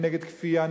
אני נגד כפייה,